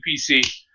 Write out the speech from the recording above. PC